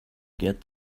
get